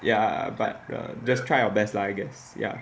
ya but err just try your best like I guess ya